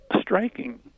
striking